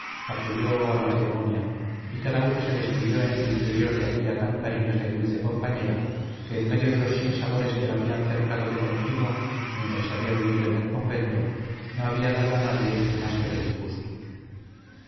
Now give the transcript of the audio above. acudió a la ceremonia y cada una se despidió en su interior de aquella tan cariñosa y dulce compañera que en medio de los sinsabores que la habían cercado de continuo mientras había vivido en el convento no había dado a nadie el más leve disgusto